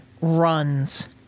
runs